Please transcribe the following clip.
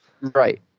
Right